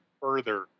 further